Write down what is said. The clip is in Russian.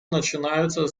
начинается